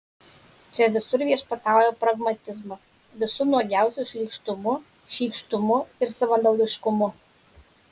čia visur viešpatauja pragmatizmas visu nuogiausiu šlykštumu šykštumu ir savanaudiškumu